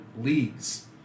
leagues